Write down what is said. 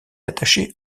attachée